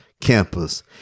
campus